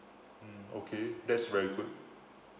mm okay that's very good